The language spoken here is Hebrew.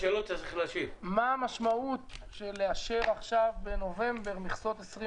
מה המשמעות של לאשר עכשיו בנובמבר מכסות 2020?